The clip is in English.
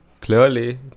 clearly